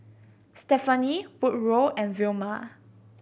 Stephany Woodrow and Vilma